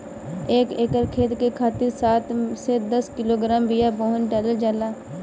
एक एकर खेत के खातिर सात से दस किलोग्राम बिया बेहन डालल जाला?